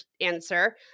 answer